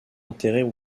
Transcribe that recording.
enterrés